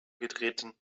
getreten